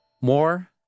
More